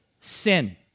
sin